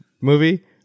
movie